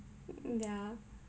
yeah